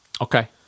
Okay